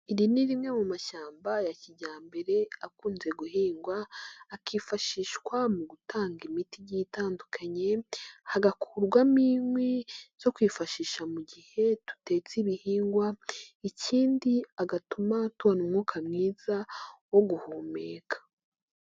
Iri ni rimwe mu mashyamba ya kijyambere akunze guhingwa, akifashishwa mu gutanga imiti igiye itandukanye, hagakurwamo inkwi zo kwifashisha mu gihe dutetse ibihingwa, ikindi agatuma tubona umwuka mwiza wo guhumeka.